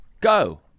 go